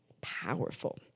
powerful